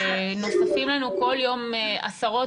נוספים לנו כל יום עשרות,